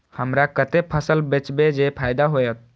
हमरा कते फसल बेचब जे फायदा होयत?